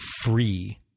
free